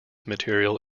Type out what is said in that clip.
material